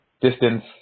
distance